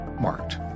marked